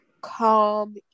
calm